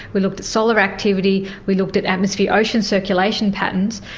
we looked at solar activity, we looked at atmosphere ocean circulation patterns,